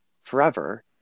forever